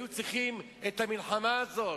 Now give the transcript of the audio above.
היו צריכים את המלחמה הזאת.